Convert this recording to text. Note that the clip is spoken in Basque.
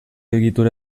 egitura